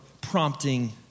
prompting